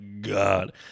God